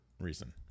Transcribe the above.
reason